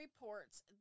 reports